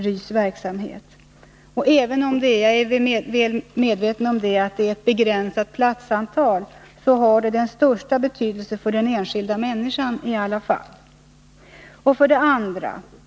Jag är väl medveten om att skolorna har ett begränsat platsantal, men verksamheten där har trots allt den största betydelse för den enskilda människan.